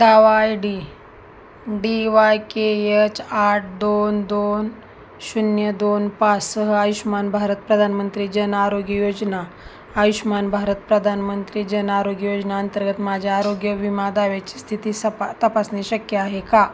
दावा I D D Y K H आठ दोन दोन शून्य दोन पाचसह आयुष्मान भारत प्रधानमंत्री जनआरोग्य योजना आयुष्मान भारत प्रधानमंत्री जनआरोग्य योजनेअंतर्गत माझ्या आरोग्य विमा दाव्याची स्थिती सपा तपासणे शक्य आहे का